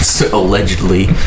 allegedly